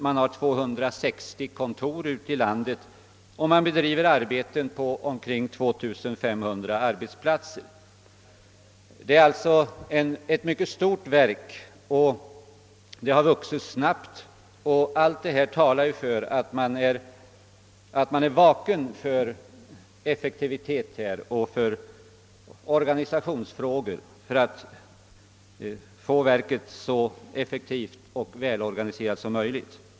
Man har 260 kontor ute i landet, och man bedriver arbeten på omkring 2500 arbetsplatser. Det är alltså ett mycket stort verk, och det har vuxit snabbt. Allt detta talar för att man är vaken för effektivitet och för organisationsfrågor och strävar efter att få verket så effektivt och välorganiserat som möjligt.